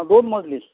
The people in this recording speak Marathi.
दोन मजली